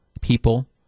people